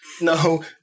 no